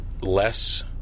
less